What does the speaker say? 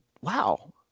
wow